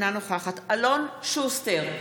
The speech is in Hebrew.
אינה נוכחת אלון שוסטר,